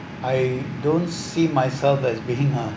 I don't see myself as being a